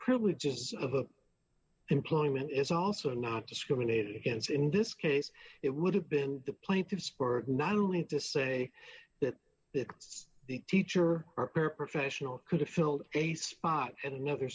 privileges of employment is also not discriminated against in this case it would have been the plaintiffs were not only to say that that it's the teacher or professional could have filled a spot at another